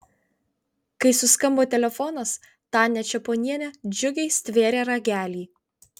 kai suskambo telefonas tania čeponienė džiugiai stvėrė ragelį